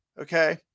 Okay